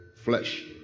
Flesh